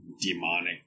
demonic